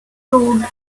road